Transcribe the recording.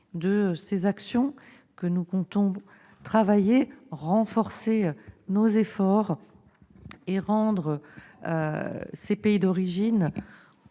de ces actions que nous comptons travailler, renforcer nos efforts, pour que les pays d'origine